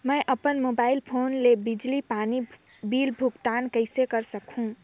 मैं अपन mobile phone ले बिजली पानी बिल भुगतान कइसे कर सकहुं?